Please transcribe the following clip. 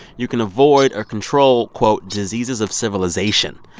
you can avoid or control, quote, diseases of civilization,